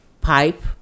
pipe